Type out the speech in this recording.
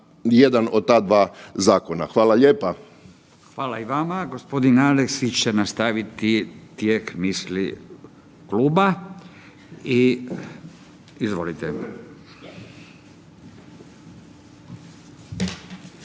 Hvala i vama.